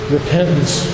repentance